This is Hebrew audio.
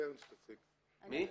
קרן גלאון.